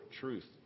truth